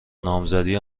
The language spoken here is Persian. نامزدی